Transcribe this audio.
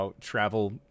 travel